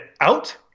out